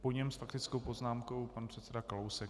Po něm s faktickou poznámkou pan předseda Kalousek.